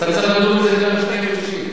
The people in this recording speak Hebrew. אתה צריך לדון בזה לקריאה שנייה